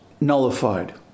nullified